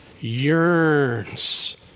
yearns